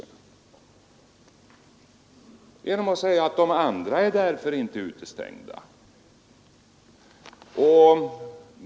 Ty det är ju innebörden i vad han säger om att de andra därför inte är utestängda.